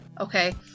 Okay